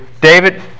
David